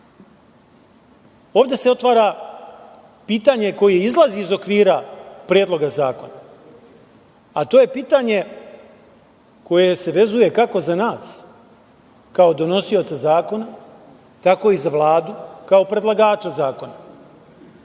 se otvara pitanje koje izlazi iz okvira Predloga zakona, a to je pitanje koje se vezuje kako za nas kao donosioca zakona, tako i za Vladu kao predlagača zakona